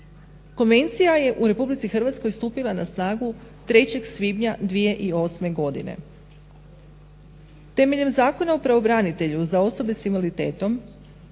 Konvencija je u RH stupila na snagu 3. svibnja 2008. godine. Temeljem Zakona o pravobranitelju za osobe sa invaliditetom